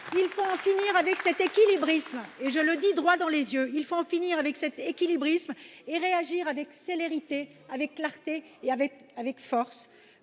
il faut en finir avec cet équilibrisme et je le dis droit dans les yeux, il faut en finir avec cet équilibrisme et réagir avec célérité, avec clarté et avec force